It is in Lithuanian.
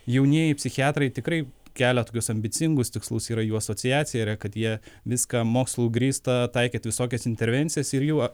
jaunieji psichiatrai tikrai kelia tokius ambicingus tikslus yra jų asociacija yra kad jie viską mokslu grįsta taikyt visokias intervencijas ir jų